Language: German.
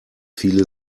viele